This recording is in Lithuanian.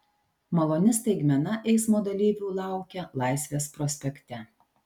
maloni staigmena eismo dalyvių laukia laisvės prospekte